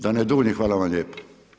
Da ne duljim, hvala vam lijepo.